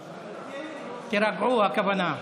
תירגעו, הכוונה,